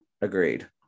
agreed